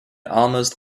almost